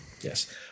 yes